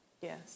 Yes